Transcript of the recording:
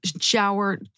shower